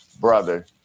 brother